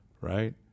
right